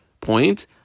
point